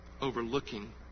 Overlooking